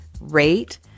rate